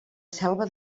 selva